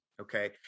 okay